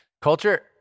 culture